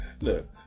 Look